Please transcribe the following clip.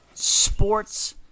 sports